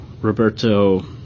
Roberto